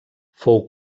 fou